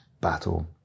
battle